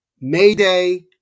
Mayday